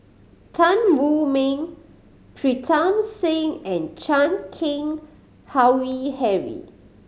Tan Wu Meng Pritam Singh and Chan Keng Howe Harry